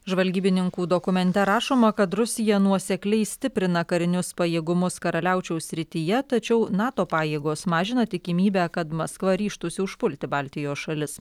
žvalgybininkų dokumente rašoma kad rusija nuosekliai stiprina karinius pajėgumus karaliaučiaus srityje tačiau nato pajėgos mažina tikimybę kad maskva ryžtųsi užpulti baltijos šalis